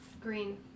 Green